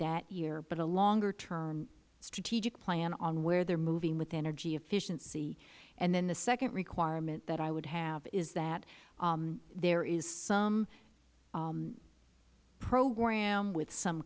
that year but a longer term strategic plan on where they are moving with energy efficiency and then the second requirement that i would have is that there is some program with some